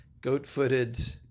goat-footed